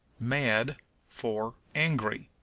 mad for angry.